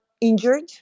injured